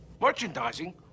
Merchandising